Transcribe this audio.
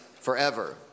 forever